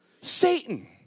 Satan